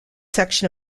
section